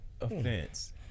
offense